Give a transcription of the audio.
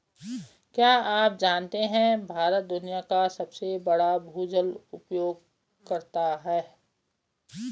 क्या आप जानते है भारत दुनिया का सबसे बड़ा भूजल उपयोगकर्ता है?